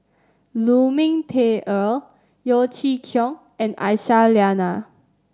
Lu Ming Teh Earl Yeo Chee Kiong and Aisyah Lyana